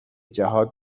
جهات